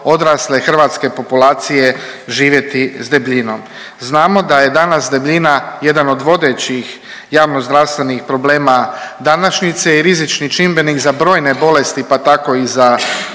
hrvatske populacije živjeti s debljinom. Znamo da je danas debljina jedan od vodećih javnozdravstvenih problema današnjice i rizični čimbenik za brojne bolesti pa tako i za